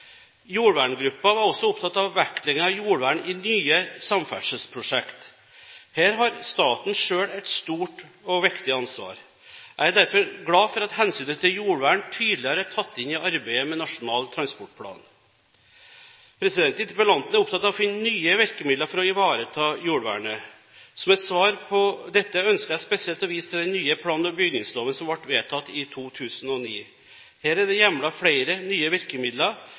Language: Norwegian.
Jordverngruppa var også opptatt av vektleggingen av jordvern i nye samferdselsprosjekt. Her har staten selv et stort og viktig ansvar. Jeg er derfor glad for at hensynet til jordvern tydeligere er tatt inn i arbeidet med Nasjonal transportplan. Interpellanten er opptatt av å finne nye virkemidler for å ivareta jordvernet. Som et svar på dette, ønsker jeg spesielt å vise til den nye plan- og bygningsloven som ble vedtatt i 2009. Her er det hjemlet flere nye virkemidler,